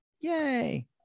yay